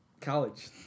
College